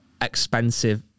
expensive